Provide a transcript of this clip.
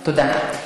תודה.